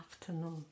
afternoon